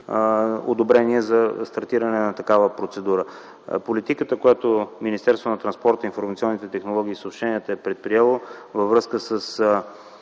одобрение, за стартиране на такава процедура. Политиката, която Министерството на транспорта, информационните технологии и съобщения е предприело във връзка с